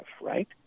right